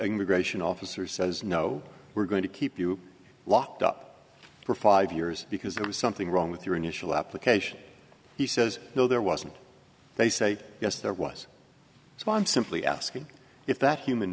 immigration officer says no we're going to keep you locked up for five years because there was something wrong with your initial application he says no there wasn't they say yes there was so i'm simply asking if that human